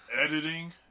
Editing